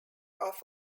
off